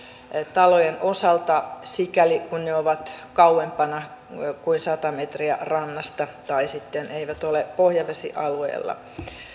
talojen osalta sikäli kun ne ovat kauempana kuin sata metriä rannasta tai sitten eivät ole pohjavesialueella